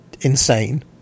insane